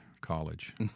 college